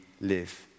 live